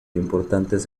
importantes